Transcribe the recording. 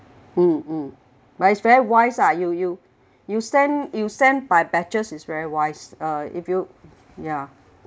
mm but it's very wise ah you you you send you send by batches is very wise uh if you ya